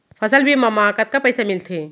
फसल बीमा म कतका पइसा मिलथे?